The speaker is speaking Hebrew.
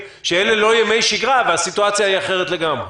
היא שאלה לא ימי שגרה והסיטואציה היא אחרת לגמרי.